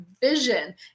vision